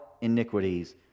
iniquities